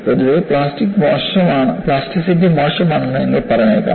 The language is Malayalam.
പൊതുവേ പ്ലാസ്റ്റിറ്റി മോശമാണെന്ന് നിങ്ങൾ പറഞ്ഞേക്കാം